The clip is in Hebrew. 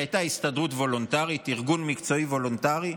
שהייתה הסתדרות וולונטרית, ארגון מקצועי וולונטרי,